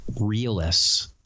realists